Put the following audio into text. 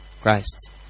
Christ